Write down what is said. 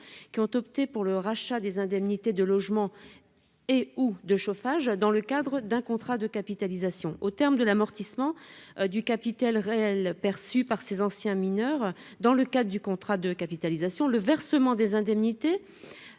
qui ont opté pour le rachat des indemnités de logement ou de chauffage dans le cadre d'un contrat de capitalisation. Au terme de l'amortissement du capital réel perçu par ces anciens mineurs dans le cadre du contrat de capitalisation, le versement des indemnités